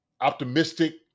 optimistic